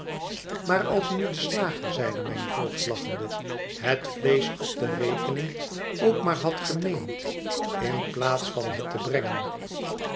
maar als nu de slager zeide mijn voogd lachende het vleesch op de rekening ook maar had gemeend in plaats van het te brengen